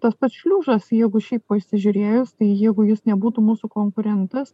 tas pats šliužas jeigu šiaip pasižiūrėjus tai jeigu jis nebūtų mūsų konkurentas